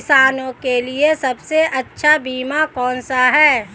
किसानों के लिए सबसे अच्छा बीमा कौन सा है?